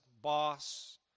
boss